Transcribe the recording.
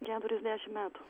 keturiasdešim metų